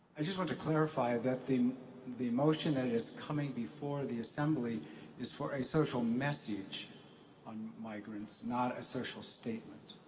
i just wanted to clarify that the the motion that is coming before the assembly is for a social message on migrants, not a social statement.